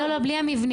לא, בלי המבנית.